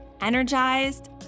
energized